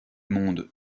monde